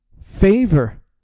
favor